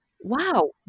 wow